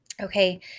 Okay